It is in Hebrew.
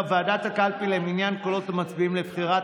ועדת הקלפי למניין קולות המצביעים לבחירת